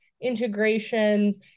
integrations